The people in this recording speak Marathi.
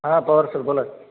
हां पवार सर बोला